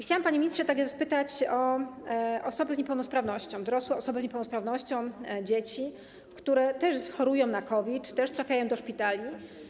Chciałam, panie ministrze, spytać także o osoby z niepełnosprawnością, dorosłe osoby z niepełnosprawnością, dzieci, które też chorują na COVID, też trafiają do szpitali.